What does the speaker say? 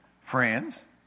Friends